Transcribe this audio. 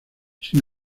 sin